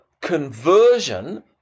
conversion